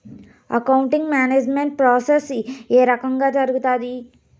accounting management process ఏ రకంగా జరుగుతాది